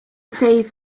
save